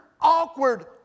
awkward